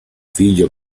figlio